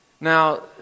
Now